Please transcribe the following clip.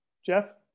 Jeff